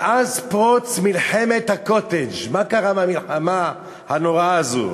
מאז פרוץ מלחמת הקוטג' מה קרה במלחמה הנוראה הזאת,